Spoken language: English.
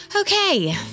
Okay